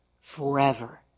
forever